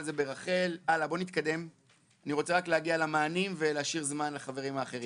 אני רוצה להגיע למענים ולהשאיר זמן לחברים האחרים.